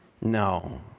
No